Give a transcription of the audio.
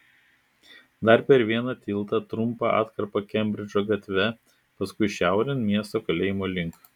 dar per vieną tiltą trumpa atkarpa kembridžo gatve paskui šiaurėn miesto kalėjimo link